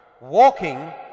Walking